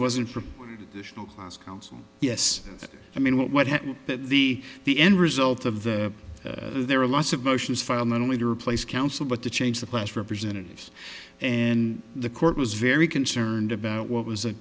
wasn't for national class council yes i mean what has that the the end result of that there are lots of motions filed not only to replace council but to change the class representatives and the court was very concerned about what was